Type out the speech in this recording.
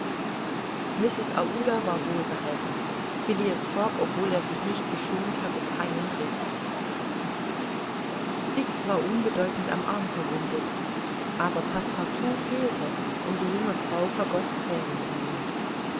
aouda war wohlbehalten phileas fogg obwohl er sich nicht geschont hatte keinen ritz fix war unbedeutend am arm verwundet aber passepartout fehlte und die junge frau vergoß thränen um ihn